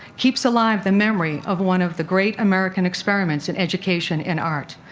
keeps alive the memory of one of the great american experiments in education and art.